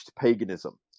paganism